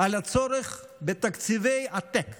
על הצורך בתקציבי עתק